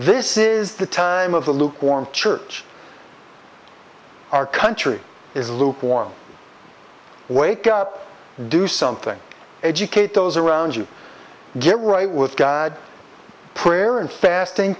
this is the time of the lukewarm church our country is lukewarm wake up do something educate those around you get right with god prayer and fasting